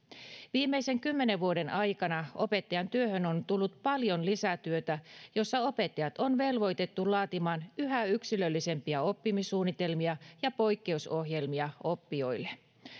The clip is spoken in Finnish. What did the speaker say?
viimeisen kymmenen vuoden aikana opettajan työhön on tullut paljon lisätyötä jossa opettajat on velvoitettu laatimaan yhä yksilöllisempiä oppimissuunnitelmia ja poikkeusohjelmia oppijoille